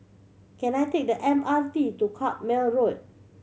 can I take the M R T to Carpmael Road